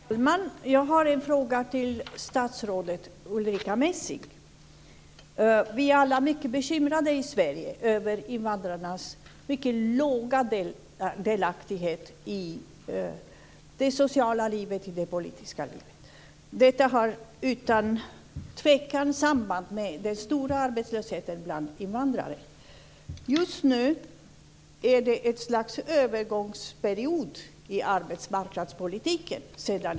Fru talman! Jag har en fråga till statsrådet Ulrica Vi är alla i Sverige mycket bekymrade över invandrarnas låga delaktighet i det sociala och politiska livet. Detta har utan tvivel samband med den stora arbetslösheten bland invandrare. Sedan i höstas är det ett slags övergångsperiod i arbetsmarknadspolitiken.